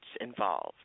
involved